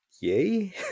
yay